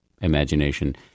imagination